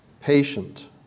patient